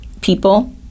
people